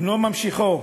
בנו ממשיכו,